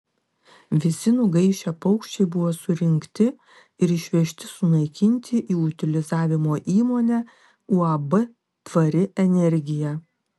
visi nugaišę paukščiai buvo surinkti ir išvežti sunaikinti į utilizavimo įmonę uab tvari energija